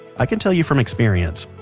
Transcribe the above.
i can tell you from experience.